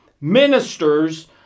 ministers